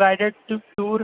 guided tour